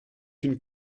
une